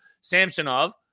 Samsonov